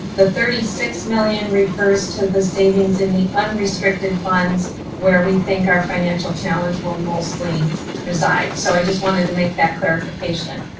the thirty six million refers to the savings in the unrestricted funds, where we think our financial challenge will mostly reside. so i just wanted to make that clarification.